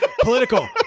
Political